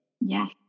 Yes